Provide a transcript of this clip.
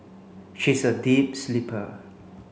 she is a deep sleeper